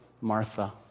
Martha